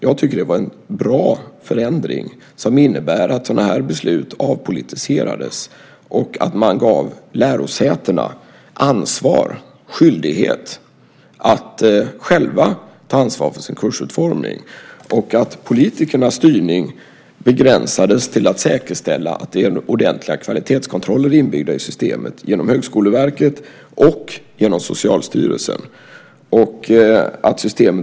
Jag tycker att det var en bra förändring som innebär att sådana här beslut avpolitiserades och att man gav lärosätena skyldighet att själva ta ansvar för sin kursutformning. Politikernas styrning begränsades till att säkerställa att det finns ordentliga kvalitetskontroller inbyggda i systemet genom Högskoleverket och genom Socialstyrelsen.